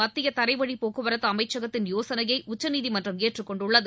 மத்திய தரைவழி போக்குவரத்து அமைச்சகத்தின் யோசனையை உச்சநீதிமன்றம் ஏற்றுக் கொண்டுள்ளது